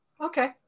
Okay